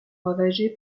ravagée